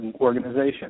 organization